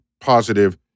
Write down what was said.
positive